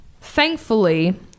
thankfully